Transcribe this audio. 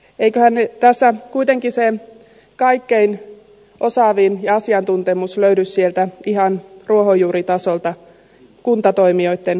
eiköhän tässä kuitenkin se kaikkein osaavin asiantuntemus löydy sieltä ihan ruohonjuuritasolta kuntatoimijoitten keskeltä